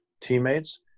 teammates